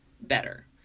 better